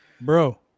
Bro